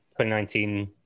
2019